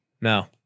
No